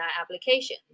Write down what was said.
application